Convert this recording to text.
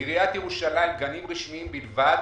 בעיריית ירושלים גנים רשמיים בלבד,